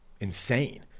insane